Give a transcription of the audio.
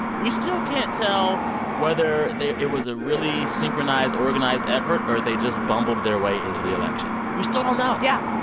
we still can't tell whether they it was a really synchronized, organized effort or they just bumbled their way into the election. we still don't know yeah.